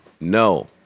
no